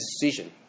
decision